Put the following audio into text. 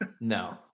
No